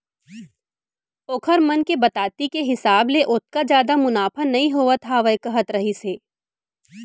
ओखर मन के बताती के हिसाब ले ओतका जादा मुनाफा नइ होवत हावय कहत रहिस हे